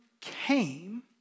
came